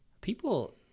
People